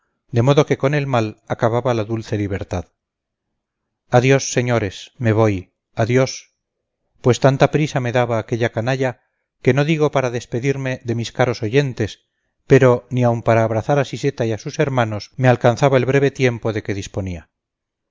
de modo que con el mal acababa la dulce libertad adiós señores me voy adiós pues tanta prisa me daba aquella canalla que no digo para despedirme de mis caros oyentes pero ni aun para abrazar a siseta y sus hermanos me alcanzaba el breve tiempo de que disponía